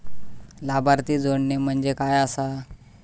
लाभार्थी जोडणे म्हणजे काय आसा?